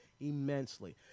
immensely